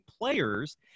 players